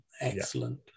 Excellent